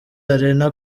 arena